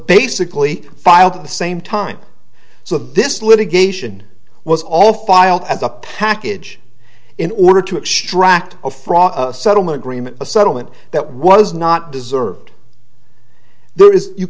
basically filed at the same time so this litigation was all filed as a package in order to extract a fraud settlement agreement a settlement that was not deserved there is you